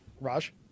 Raj